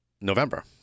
November